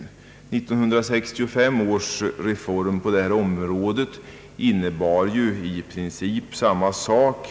1965 års reform på detta område innebar i princip sammma sak.